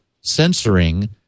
censoring